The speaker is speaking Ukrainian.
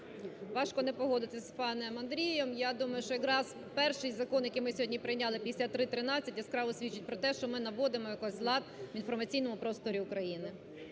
Важко не погодитись з паном Андрієм. Я думаю, що якраз перший закон, який ми сьогодні прийняли після 5313, яскраво свідчить про те, що ми наводимо якось лад в інформаційному просторі України.